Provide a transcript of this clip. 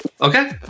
Okay